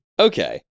Okay